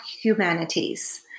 Humanities